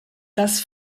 dass